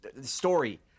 story